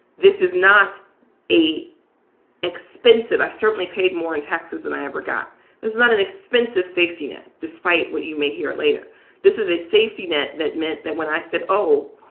this is not a expensive i've certainly paid more in taxes than i ever got. this is not an expensive safety net despite what you may hear later this is a safety net that meant that when i said, oh,